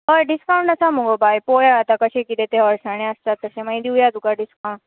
हय डिस्कावंट आसा मगो बाय पळोवया कशें कितें तें अळसाणे आसतात मागीर दिवया तुका डिस्कावंट